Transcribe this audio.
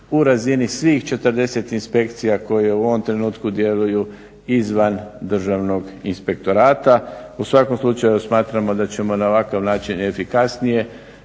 u razini svih 40 inspekcija koje u ovom trenutku djeluju izvan Državnog inspektorata. U svakom slučaju smatramo da ćemo na ovakav način efikasnije